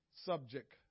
subject